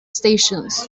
stations